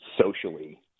socially